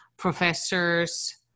professors